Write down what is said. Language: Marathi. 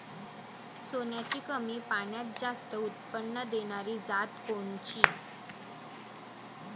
सोल्याची कमी पान्यात जास्त उत्पन्न देनारी जात कोनची?